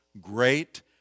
great